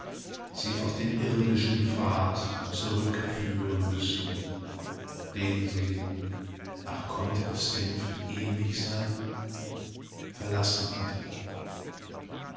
sie auf den irdischen pfad zurückführen müßten den sie ach konnte es denn für ewig sein verlassen hatte